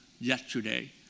yesterday